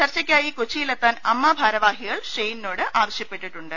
ചർച്ചക്കായി കൊച്ചി യിലെത്താൻ അമ്മ ഭാരവാഹികൾ ഷെയ്നിനോട് ആവശ്യപ്പെട്ടി ട്ടുണ്ട്